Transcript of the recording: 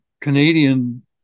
Canadian